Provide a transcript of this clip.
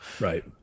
Right